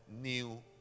New